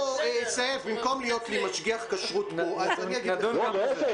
במקום שתהיה משגיח כשרות פה --- להיפך,